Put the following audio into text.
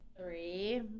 Three